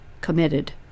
committed